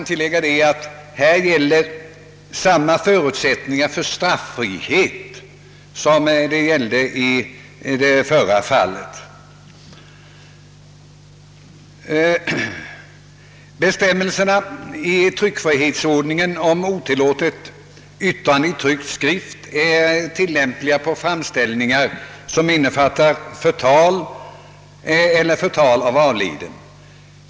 Här gäller samma förutsättningar för straffrihet som gällde i det förra fallet. Bestämmelserna i tryckfrihetsförordningen om otillåtet yttrande i tryckt skrift är tillämpliga på framställningar som innefattar förtal eller förtal av avliden.